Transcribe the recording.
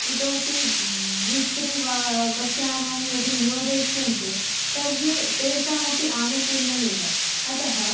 इतोपि द्वित्रि वा बस्यानानि यदि नियोजयिष्यन्ते तर्हि तेषामपि आनुकूल्यमेव अतः